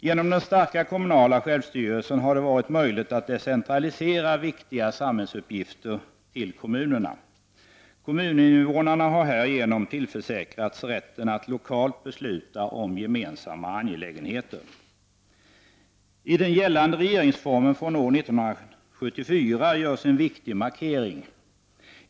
Genom den starka kommunala självstyrelsen har det varit möjligt att decentralisera viktiga samhällsuppgifter till kommunerna. Kommuninvånarna har härigenom tillförsäkrats rätten att lokalt besluta om gemensamma angelägenheter. I den gällande regeringsformen från år 1974 görs en viktig markering.